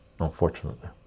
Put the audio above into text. unfortunately